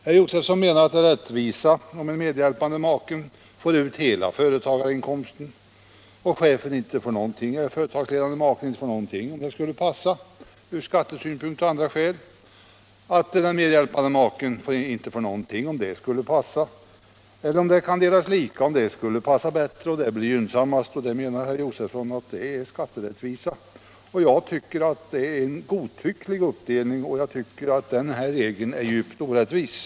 Herr Josefson menar att det är rättvisa att en medhjälpande make får ut hela företagarinkomsten och företagsledande make inte får någonting, om det skulle passa från skattesynpunkt och av andra skäl, att medhjälpande make inte får någonting om det skulle passa eller att inkomsten delas lika om det skulle bli gynnsammast. Detta, tycker herr Josefson, är skatterättvisa, men jag anser att det är en godtycklig uppdelning och att regeln är djupt orättvis.